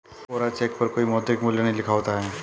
कोरा cheque पर कोई मौद्रिक मूल्य नहीं लिखा होता है